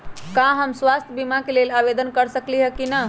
का हम स्वास्थ्य बीमा के लेल आवेदन कर सकली ह की न?